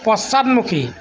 পশ্চাদমুখী